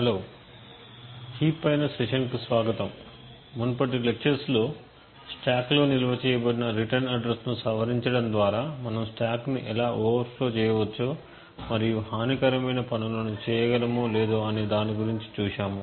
hello heap పైన session కు స్వాగతం మునుపటి లెక్చర్స్ లో స్ట్యాక్ లో నిల్వ చేయబడిన రిటర్న్ అడ్రస్ ను సవరించడం ద్వారా మనము స్ట్యాక్ ను ఎలా ఓవర్ ఫ్లో చేయవచ్చో మరియు హానికరమైన పనులను చేయగలమో అనే దాని గురించి చూశాము